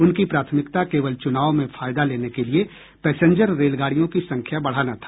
उनकी प्राथमिकता केवल चुनाव में फायदा लेने के लिए पैसेंजर रेलगाड़ियों की संख्या बढ़ाना था